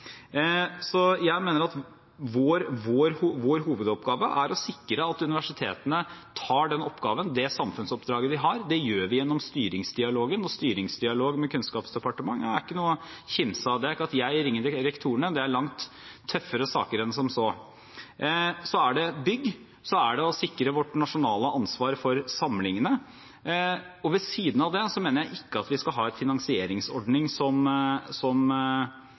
samfunnsoppdraget, de har. Det gjør vi gjennom styringsdialogen, og styringsdialog med Kunnskapsdepartementet er ikke noe å kimse av. Det er ikke slik at jeg ringer rektorene. Det er langt tøffere enn som så. Så er det bygg og det å sikre vårt nasjonale ansvar for samlingene. Ved siden av det mener jeg ikke at vi skal ha en finansieringsordning som